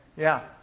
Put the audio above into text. yeah.